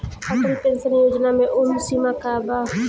Atal pension Yojana मे उम्र सीमा का बा?